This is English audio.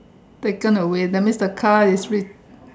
taken away that means the car is